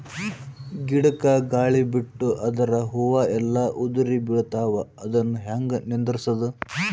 ಗಿಡಕ, ಗಾಳಿ ಬಿಟ್ಟು ಅದರ ಹೂವ ಎಲ್ಲಾ ಉದುರಿಬೀಳತಾವ, ಅದನ್ ಹೆಂಗ ನಿಂದರಸದು?